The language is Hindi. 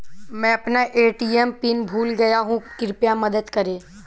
मैं अपना ए.टी.एम पिन भूल गया हूँ, कृपया मदद करें